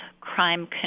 crime